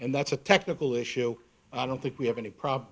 and that's a technical issue i don't think we have any problem